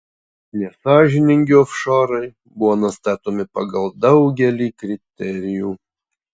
nesąžiningi ofšorai buvo nustatomi pagal daugelį kriterijų